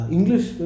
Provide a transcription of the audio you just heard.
English